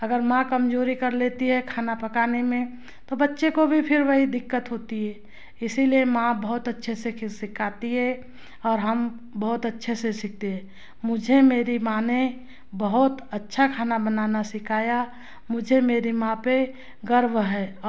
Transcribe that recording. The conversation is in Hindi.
अगर माँ कमजोरी कर लेती है खाना पकाने में तो बच्चे को भी फिर वही दिक्कत होती है इसलिए माँ बहुत अच्छे से सिखाती है और हम बहुत अच्छे से सीखते हैं मुझे मेरी माँ ने बहुत अच्छा खाना बनाना सिखाया मुझे मेरी माँ पर गर्व है